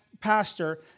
Pastor